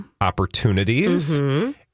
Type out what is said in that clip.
opportunities